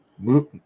move